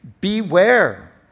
beware